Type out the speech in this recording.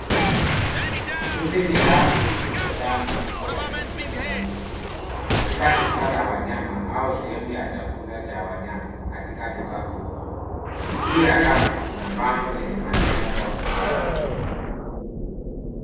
Hizi ni rafu zilizojaa mifuko ya chakula cha mbwa katika duka la wanyama au sehemu ya chakula cha wanyama katika duka kubwa. Juu ya afu kuna bango lenye maneno dog food .